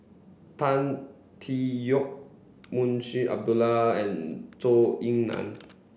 Tan Tee Yoke Munshi Abdullah and Zhou Ying Nan